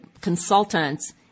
consultants